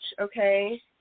okay